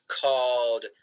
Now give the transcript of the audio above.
called